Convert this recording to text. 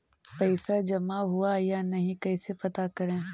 पैसा जमा हुआ या नही कैसे पता करे?